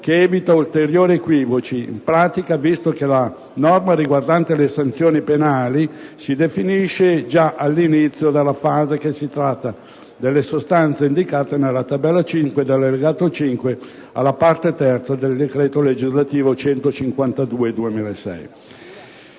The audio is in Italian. che evita ulteriori equivoci. In pratica, visto che la norma riguarda le sanzioni penali, si definisce già dall'inizio della frase che si tratta delle sostanze indicate nella tabella 5 dell'Allegato 5, alla parte terza del decreto legislativo n.